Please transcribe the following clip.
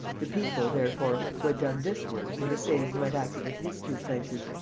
the people, therefore, who had done this work were the same who had acted at his two places,